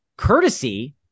Courtesy